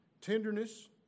tenderness